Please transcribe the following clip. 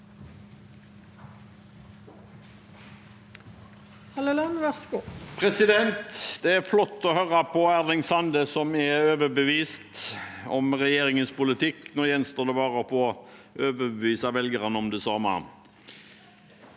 Det er flott å høre på Erling Sande, som er overbevist om regjeringens politikk. Nå gjenstår det bare å overbevise velgerne om det samme.